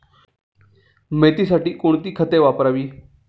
मेथीसाठी कोणती खते वापरावी?